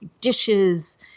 dishes